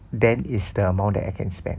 then is the amount that I can spend